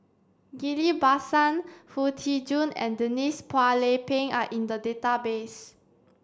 Ghillie Basan Foo Tee Jun and Denise Phua Lay Peng are in the database